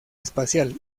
espacial